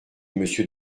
monsieur